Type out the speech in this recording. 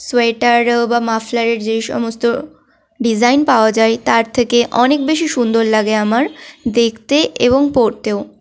sweater বা মাফলারের যেই সমস্ত ডিজাইন পাওয়া যায় তার থেকে অনেক বেশি সুন্দর লাগে আমার দেখতে এবং পরতেও